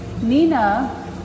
Nina